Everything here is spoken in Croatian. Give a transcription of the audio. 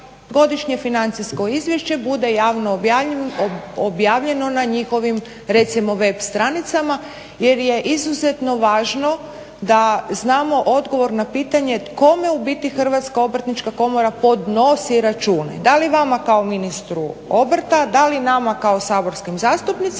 godišnje financijsko izvješće bude javno objavljeno na njihovim recimo web stranicama jer je izuzetno važno da znamo odgovor na pitanje kome u biti Hrvatska obrtnička komora podnosi račune da li vama kao ministru obrta, da li nama kao saborskim zastupnicima